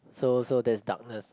so so that's darkness